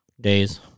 days